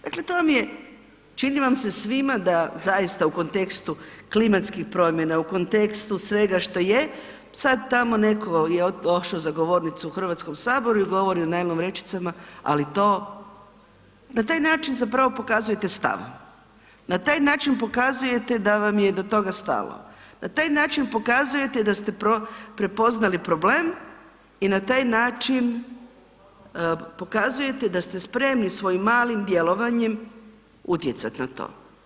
Dakle, to vam je čini vam se svima da zaista u kontekstu klimatskih promjena, u kontekstu svega što je sad tamo netko je došo za govornicu u Hrvatskom saboru i govori o najlon vrećicama, ali to, na taj način zapravo pokazujete stav, na taj način pokazujete da vam je do toga stalo, na taj način pokazujete da ste prepoznali problem i na taj način pokazujete da ste spremni svojim malim djelovanjem utjecati na to.